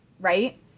Right